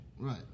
Right